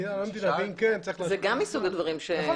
האם זה --- זה גם מסוג הדברים ש --- נכון,